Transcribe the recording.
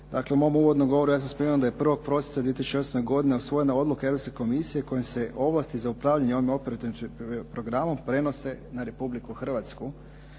Dakle, u mom uvodnom govoru ja sam spomenuo da je 1.prosinca 2008. godine usvojena Odluka Europske komisije kojom se ovlasti za upravljanje ovim operativnim programom prenose na Republiku Hrvatsku